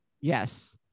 Yes